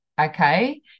okay